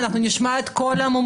אז אחר כך נשמע את כל המומחים,